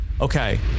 Okay